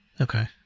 Okay